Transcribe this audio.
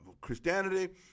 Christianity